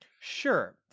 Sure